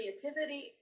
creativity